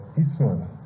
Eastman